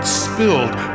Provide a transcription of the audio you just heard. spilled